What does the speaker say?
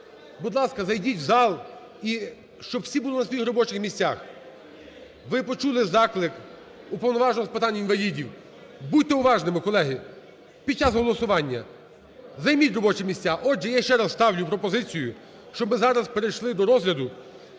будь ласка, зайдіть в зал і щоб всі були на своїх робочих місцях. Ви почули заклик уповноваженого з питань інвалідів, будьте уважними, колеги, під час голосування. Займіть, робочі місця. Отже, я ще раз ставлю пропозицію, щоб ми зараз перейшли до розгляду